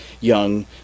young